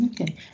okay